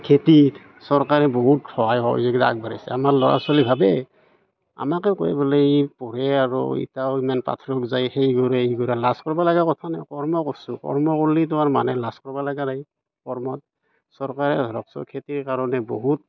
খেতি চৰকাৰে বহুত সহায় সহযোগিতা আগবঢ়াইছে আমাৰ ল'ৰা ছোৱালীয়ে ভাবে আমাকে কৰিবলৈ পঢ়ি আৰু এতিয়াও ইমান পথাৰত যাই সেই কৰে লাজ কৰিবলগা কথা নাই কৰ্ম কৰিছোঁ কৰ্ম কৰিলে তোমাৰ মানে লাজ কৰিবলগীয়া নাই কৰ্মত চৰকাৰে ধৰক চোন খেতিৰ কাৰণে বহুত